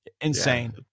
Insane